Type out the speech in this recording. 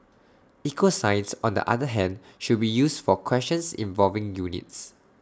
equal signs on the other hand should be used for questions involving units